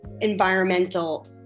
environmental